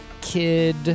Kid